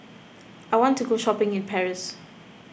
I want to go shopping in Paris